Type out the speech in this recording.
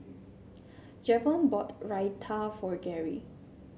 Javon bought Raita for Gary